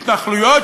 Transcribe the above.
התנחלויות,